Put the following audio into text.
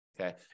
Okay